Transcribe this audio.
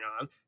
on